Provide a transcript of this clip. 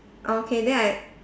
oh okay then I